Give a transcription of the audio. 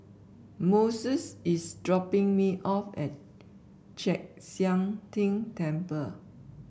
Moses is dropping me off at Chek Sian Tng Temple